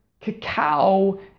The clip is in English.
cacao